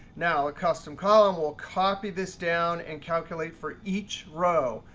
now a custom column will copy this down and calculate for each row.